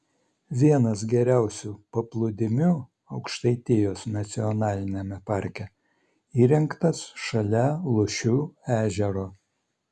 vienas geriausių paplūdimių aukštaitijos nacionaliniame parke įrengtas šalia lūšių ežero